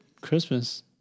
Christmas